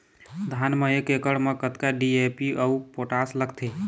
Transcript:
धान म एक एकड़ म कतका डी.ए.पी अऊ पोटास लगथे?